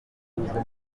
inguzanyo